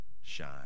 shine